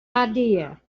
idea